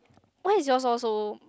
why is yours all so